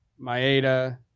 Maeda